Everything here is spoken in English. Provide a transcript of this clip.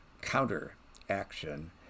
counteraction